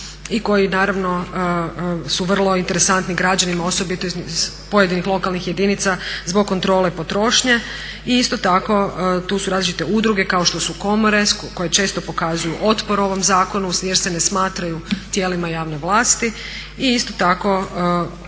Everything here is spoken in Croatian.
i koji naravno su vrlo interesantni građanima osobito iz pojedinih lokalnih jedinica zbog kontrole potrošnje i isto tako tu su različite udruge kao što su komore koje često pokazuju otpor ovom zakonu jer se ne smatraju tijelima javne vlasti i isto tako